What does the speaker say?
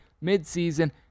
mid-season